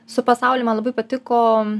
su pasauliu man labai patiko